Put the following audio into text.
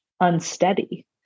unsteady